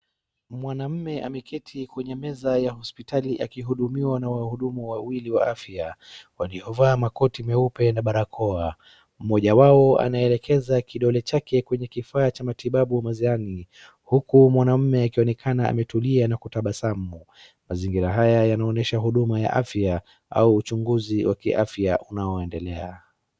Mwamume ameketi kwenye meza ya hospitali akihudumiwa na wahudumu wawili wa afya waliovaa makoti meupe na barakoa. Mmoja wao anaelekeza kidole chake kwenye kifaa cha matibabu mezani huku mwanamume akionekana ametulia na kutabasamu. Mazingira haya yanaonesha huduma ya afya au uchunguzi wa kiafya unaoendelea.